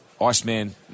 Iceman